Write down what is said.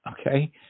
okay